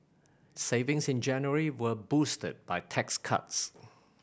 savings in January were boosted by tax cuts